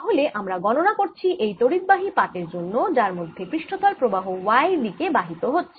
তাহলে আমরা গণনা করছি এই তড়িদবাহি পাতের জন্য যার মধ্যে পৃষ্ঠতল প্রবাহ y দিকে বাহিত হচ্ছে